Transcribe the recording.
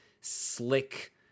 slick